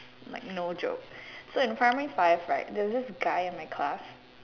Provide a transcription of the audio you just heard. like no joke so in primary five right there is this guy in my class